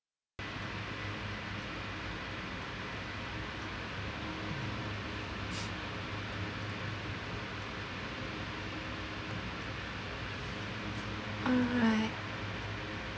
oh right